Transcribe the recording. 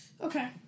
Okay